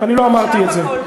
אני לא אמרתי את זה.